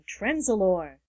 Trenzalore